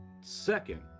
Second